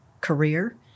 career